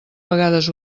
vegades